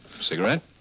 Cigarette